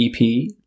EP